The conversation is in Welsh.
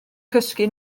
cysgu